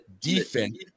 defense